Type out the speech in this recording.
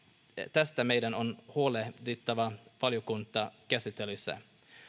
tästä meidän on huolehdittava valiokuntakäsittelyssä